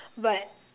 but